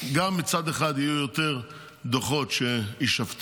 גם מצד אחד יהיו יותר דוחות שיישפטו,